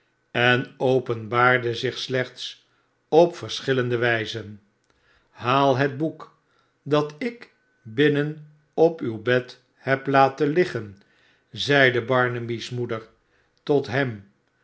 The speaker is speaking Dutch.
en openbaarde zich slechts op verschillende wijzen haal het boek dat ik binnen op uw bed heb laten liggen zeide barnaby's moeder tot hem